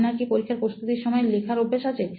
আপনার কি পরীক্ষার প্রস্তুতির সময় লেখার অভ্যাস আছে